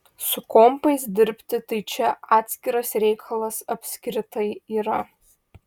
su kompais dirbti tai čia atskiras reikalas apskritai yra